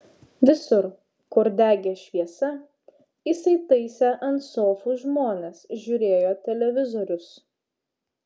visur kur degė šviesa įsitaisę ant sofų žmonės žiūrėjo televizorius